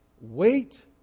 wait